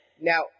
Now